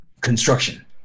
construction